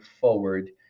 forward